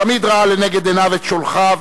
תמיד ראה לנגד עיניו את שולחיו